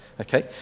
okay